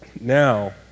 Now